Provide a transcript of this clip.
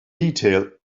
detail